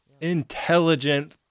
intelligent